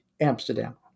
Amsterdam